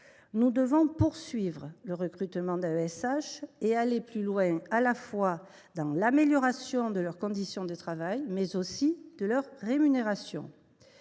Nous devons poursuivre le recrutement d’AESH et aller plus loin dans l’amélioration de leurs conditions de travail, mais aussi de leurs rémunérations.